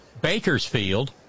Bakersfield